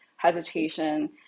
hesitation